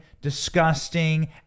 disgusting